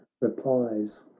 replies